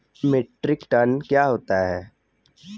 Metric ton क्या होता है?